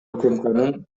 укмкнын